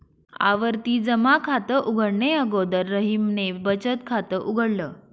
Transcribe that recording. आवर्ती जमा खात उघडणे अगोदर रहीमने बचत खात उघडल